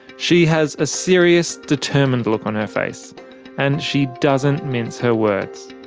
she has a serious, determined look on her face and she doesn't mince her words.